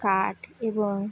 কাঠ এবং